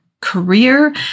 career